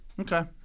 Okay